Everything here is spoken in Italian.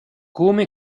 come